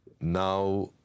now